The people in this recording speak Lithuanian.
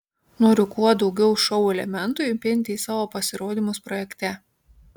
noriu kuo daugiau šou elementų įpinti į savo pasirodymus projekte